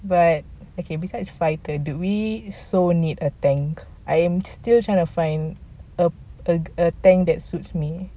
but okay besides fighter do we so need a tank I'm still trying to find the tank that suits me